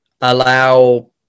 allow